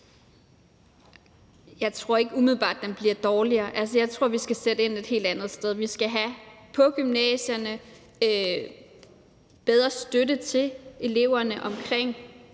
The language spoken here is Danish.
Jeg tror ikke umiddelbart, at den bliver dårligere. Jeg tror, at vi skal sætte ind et helt andet sted. På gymnasierne skal vi kunne give bedre støtte til eleverne, hvis